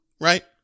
right